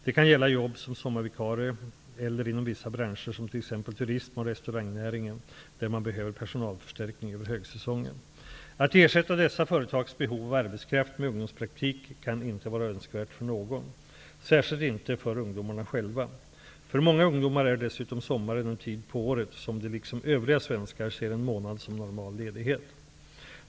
Det kan gälla jobb som sommarvikarie eller inom vissa branscher t.ex. turist och restaurangnäringen, där man behöver personalförstärkning över högsäsongen. Att ersätta dessa företags behov av arbetskraft med ungdomspraktik kan inte vara önskvärt för någon, särskilt inte för ungdomarna själva. För många ungdomar är dessutom sommaren den tid på året då de liksom övriga svenskar ser en månad som normal ledighet.